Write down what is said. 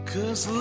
Cause